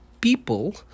people